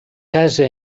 casa